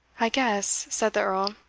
i guess, said the earl,